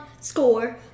score